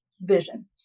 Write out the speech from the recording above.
vision